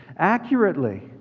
Accurately